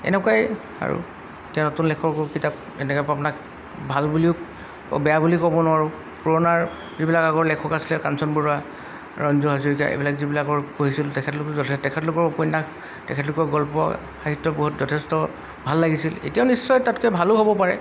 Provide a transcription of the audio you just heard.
এনেকুৱাই আৰু এতিয়া নতুন লেখকৰ কিতাপ এনেকুৱা পা আপোনাক ভাল বুলিও বেয়া বুলি ক'ব নোৱাৰোঁ পুৰণাৰ যিবিলাক আগৰ লেখক আছিলে কাঞ্চন বৰুৱা ৰঞ্জু হাজৰিকা এইবিলাক যিবিলাকৰ পঢ়িছিল তেখেতলোকৰ তেখেতলোকৰ উপন্যাস তেখেতলোকৰ গল্প সাহিত্যবোৰত যথেষ্ট ভাল লাগিছিল এতিয়াও নিশ্চয় তাতকৈ ভালো হ'ব পাৰে